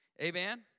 Amen